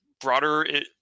broader